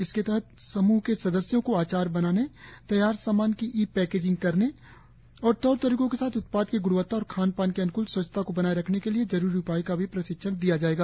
इसके तहत समूह के सदस्यों को आचार बनाने तैयार सामान ई पैकिंग करने के तौर तरीकों के साथ साथ उत्पाद की ग्णवत्ता और खान पान के अन्कूल स्वच्छता को बनाए रखने के लिए जरुरी उपायों का भी प्रशिक्षण दिया जाएगा